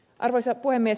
arvoisa puhemies